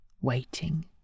waiting